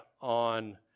on